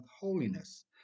holiness